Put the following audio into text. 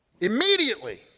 Immediately